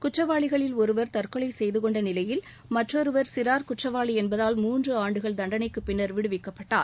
குற்றவாளிகளில் ஒருவர் தற்கொலை செய்துகொண்ட நிலையில் மற்றொருவர் சிறார் குற்றவாளி என்பதால் மூன்று ஆண்டு தண்டனைக்குப் பின்னர் விடுவிக்கப்பட்டார்